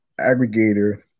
aggregator